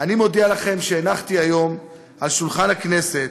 אני מודיע לכם שהנחתי היום על שולחן הכנסת